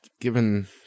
given